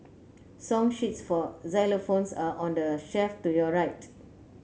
song sheets for xylophones are on the shelf to your right